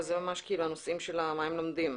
זה ממש הנושאים של מה הם לומדים.